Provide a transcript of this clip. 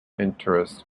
interest